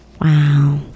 Wow